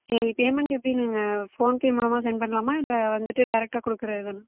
சரி பேமண்ட் எப்படி நீங்கள் ஃபோன் பே மூலமாக சென்ட் பண்ணலாமா இல்லை வந்துவிட்டு டேரக்டாக கொடுக்கறது தானா